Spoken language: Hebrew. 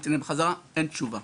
אין תשובה